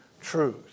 truth